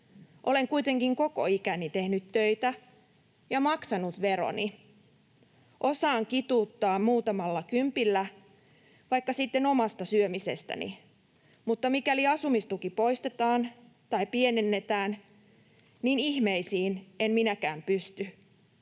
Olen kuitenkin koko ikäni tehnyt töitä ja maksanut veroni. Osaan kituuttaa muutamalla kympillä, vaikka sitten omasta syömisestäni, mutta mikäli asumistuki poistetaan tai pienennetään, niin ihmeisiin en minäkään pysty.